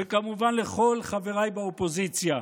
וכמובן לכל חבריי באופוזיציה: